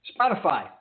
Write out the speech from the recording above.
Spotify